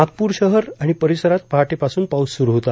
नागपूर शहर आणि परिसरात पहाटेपासून पाऊस सुरू होता